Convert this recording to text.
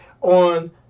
on